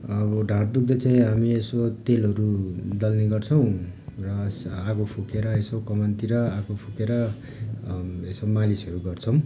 अब ढाड दुःख्दा चाहिँ हामी यसो तेलहरू दल्ने गर्छौँ र आगो फुकेर यसो कमानतिर आगो फुकेर यसो मालिसहरू गर्छौँ